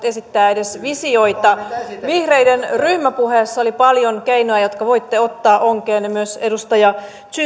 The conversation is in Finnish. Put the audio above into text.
esittää edes visioita vihreiden ryhmäpuheessa oli paljon keinoja jotka voitte ottaa onkeenne myös edustaja